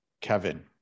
Kevin